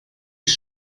ich